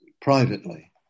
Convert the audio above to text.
privately